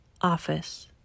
office